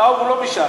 טאוב לא מש"ס.